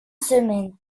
semaine